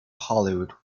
hollywood